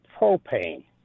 propane